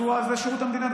זה שירות המדינה.